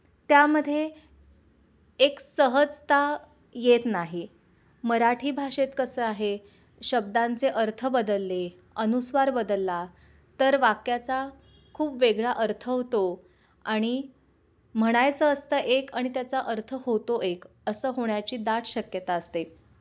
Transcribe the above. त्यामध्ये एक सहजता येत नाही मराठी भाषेत कसं आहे शब्दांचे अर्थ बदलले अनुस्वार बदलला तर वाक्याचा खूप वेगळा अर्थ होतो आणि म्हणायचं असतं एक आणि त्याचा अर्थ होतो एक असं होण्याची दाट शक्यता असते